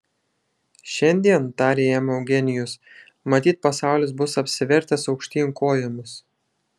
šiandien tarė jam eugenijus matyt pasaulis bus apsivertęs aukštyn kojomis